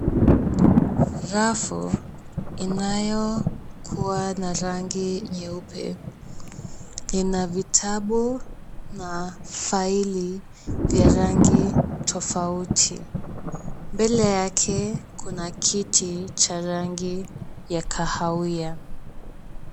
Rafu inayokuwa na rangi nyeupe lina vitabu na faili vya rangi tofauti. Mbele yake kuna viti vya rangj kahawia.